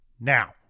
Now